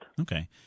Okay